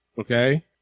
okay